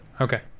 Okay